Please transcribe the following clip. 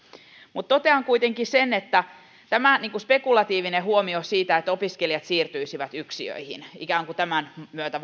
mutta totean kuitenkin sen että tämä spekulatiivinen huomio siitä että opiskelijat siirtyisivät yksiöihin ikään kuin tämän myötä